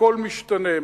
הכול משתנה.